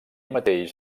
mateix